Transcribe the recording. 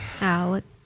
Alex